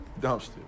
dumpster